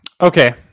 Okay